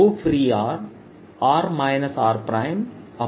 r r